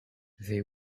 they